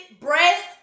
breasts